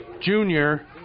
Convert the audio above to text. junior